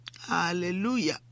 Hallelujah